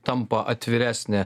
tampa atviresnė